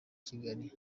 kigali